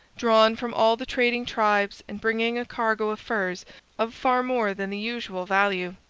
drawn from all the trading tribes and bringing a cargo of furs of far more than the usual value.